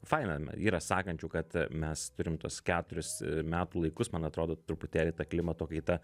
faina yra sakančių kad mes turim tuos keturis metų laikus man atrodo truputėlį ta klimato kaita